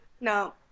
No